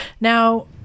Now